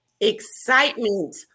excitement